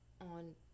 on